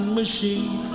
machine